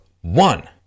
one